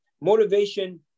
Motivation